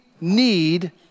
need